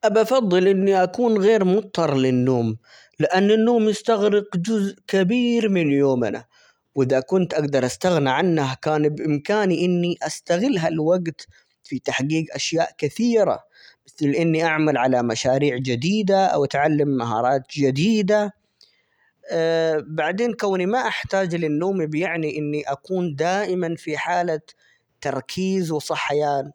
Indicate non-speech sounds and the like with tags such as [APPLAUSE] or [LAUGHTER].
أُبا أفَضِّل إني أكون غير مضطر للنوم؛ لأن النوم يستغرق جزء كبير من يومنا، وإذا كنت أجدر أستغنى عنها، كان بامكاني إني استغل هالوجت في تحجيج أشياء كثيرة، مثل إني أعمل على مشاريع جديدة أو أتعلم مهارات جديدة. [HESITATION] بعدين كوني ما أحتاج للنوم يعني إني أكون دائمًا في حالة تركيز وصحيان